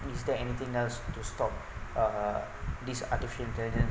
is that anything else to stop uh this artificial intelligent